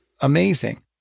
amazing